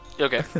Okay